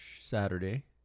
saturday